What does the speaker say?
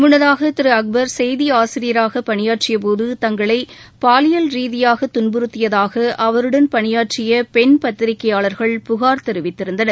முன்னதாக திரு அக்பர் செய்தியாசிரியராக பணியாற்றியபோது தங்களை பாலியல் ரீதியாக துன்புறுத்தியதாக அவருடன் பணியாற்றிய பெண் பத்திரியாளர்கள் புகார் தெரிவித்திருந்தனர்